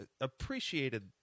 Appreciated